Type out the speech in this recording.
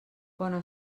bona